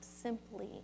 simply